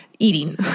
Eating